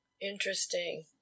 interesting